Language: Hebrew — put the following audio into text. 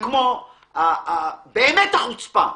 כמו החוצפה,